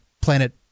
planet